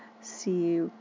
see